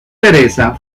teresa